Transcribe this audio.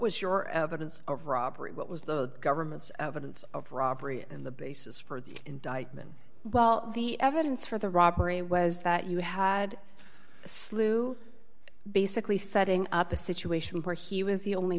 was your evidence of robbery what was the government's evidence of robbery and the basis for the indictment well the evidence for the robbery was that you had a slew basically setting up a situation where he was the only